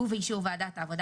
[ובאישור ועדת העבודה